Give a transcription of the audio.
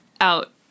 out